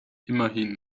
immerhin